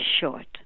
short